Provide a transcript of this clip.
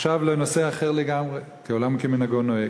עכשיו לנושא אחר לגמרי, כי עולם כמנהגו נוהג.